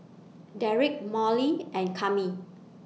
Derrek Molly and Kami